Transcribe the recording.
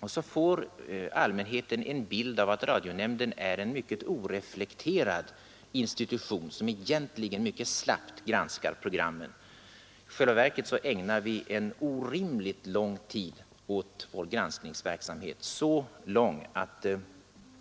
Och så får allmänheten en bild av att radionämnden är en föga reflekterande institution som egentligen mycket slappt granskar programmen. I själva verket ägnar vi mycket lång tid åt vår granskningsverksamhet — så lång att